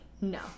no